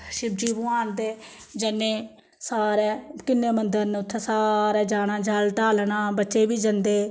शिवजी भगवान दे जन्नें सारे किन्ने मन्दर न उत्थै सारे जाना जल ढालना बच्चे बी जंदे